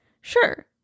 Sure